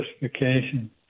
justification